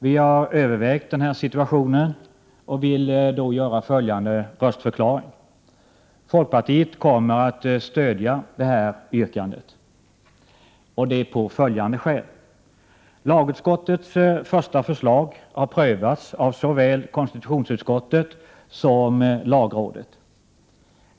Vi har övervägt situationen och vill då avge följande röstförklaring: Folkpartiet kommer att stödja miljöpartiets yrkande, av följande skäl. Lagutskottets första förslag har prövats av såväl konstitutionsutskottet som lagrådet.